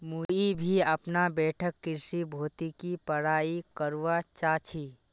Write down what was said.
मुई भी अपना बैठक कृषि भौतिकी पढ़ाई करवा चा छी